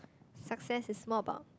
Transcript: success is more about